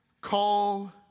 call